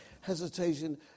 hesitation